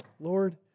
Lord